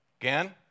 Again